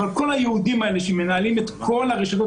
אבל כל היהודים האלה שמנהלים את כל הרשתות